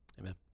Amen